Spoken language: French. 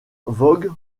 vogue